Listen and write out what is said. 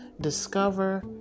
discover